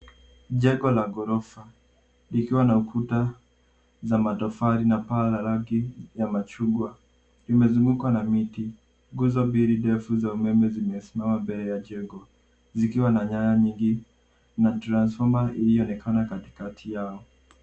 Jengo la ghorofa likiwa na ukuta za matofali na paa la rangi ya machungwa. Zimezungukwa na miti. Nguzo mbili ndefu za umeme zimesimama mbele ya jengo zikiwa na nyaya nyingi na transformer iliyoonekana katikati yao.